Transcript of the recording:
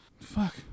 Fuck